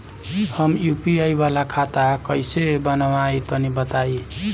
हम यू.पी.आई वाला खाता कइसे बनवाई तनि बताई?